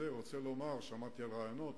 שמעתי על רעיונות,